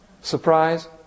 Surprise